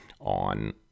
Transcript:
on